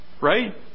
Right